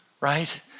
right